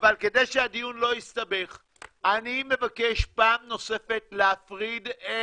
אבל כדי שהדיון לא יסתבך אני מבקש פעם נוספת להפריד את